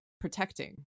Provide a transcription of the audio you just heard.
protecting